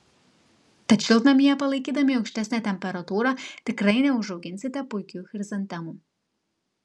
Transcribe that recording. tad šiltnamyje palaikydami aukštesnę temperatūrą tikrai neužauginsite puikių chrizantemų